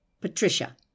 Patricia